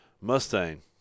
Mustang